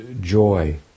joy